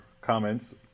comments